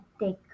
take